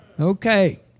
Okay